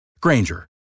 Granger